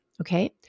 okay